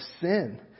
sin